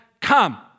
come